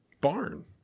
barn